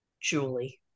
Julie